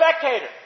spectator